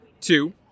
two